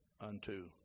unto